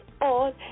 on